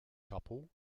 couple